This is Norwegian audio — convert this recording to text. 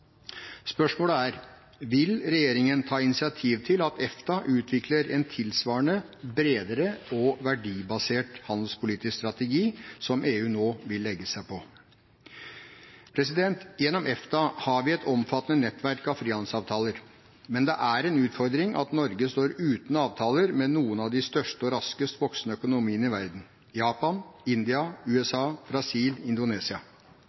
Spørsmålet er: Vil regjeringen ta initiativ til at EFTA utvikler en tilsvarende, bredere og verdibasert handelspolitisk strategi, som EU nå vil legge seg på? Gjennom EFTA har vi et omfattende nettverk av frihandelsavtaler, men det er en utfordring at Norge står uten avtaler med noen av de største og raskest voksende økonomiene i verden – Japan, India, USA, Brasil, Indonesia.